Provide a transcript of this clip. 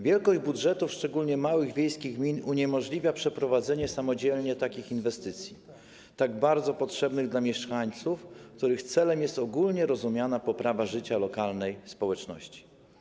Wielkość budżetów szczególnie małych wiejskich gmin uniemożliwia przeprowadzenie samodzielnie takich inwestycji, tak bardzo potrzebnych mieszkańcom, których celem jest ogólnie rozumiana poprawa życia lokalnej społeczności.